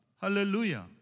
Hallelujah